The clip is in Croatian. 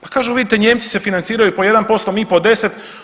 Pa kažu vidite Nijemci se financiraju po 1%, mi po 10.